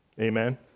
Amen